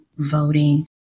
voting